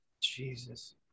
jesus